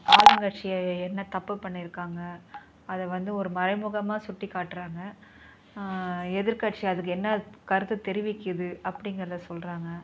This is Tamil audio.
ஆளும் கட்சியை என்ன தப்பு பண்ணிருக்காங்க அதை வந்து ஒரு மறைமுகமாக சுட்டிக்காற்றாங்க எதிர்க்கட்சி அதுக்கு என்ன கருத்து தெரிவிக்கிது அப்படிங்குறத சொல்லுறாங்க